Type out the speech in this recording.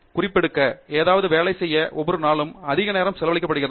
குறிப்பெடுக்க ஏதாவது வேலை செய்ய ஒவ்வொரு நாளும் அதிக நேரம் செலவழிக்கப்படுகிறது